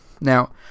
Now